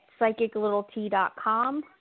PsychicLittleT.com